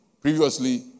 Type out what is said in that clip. Previously